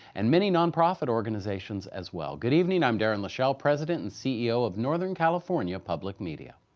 and many nonprofit organizations as well. good evening. i'm darren lashelle, president and ceo of northern california public media.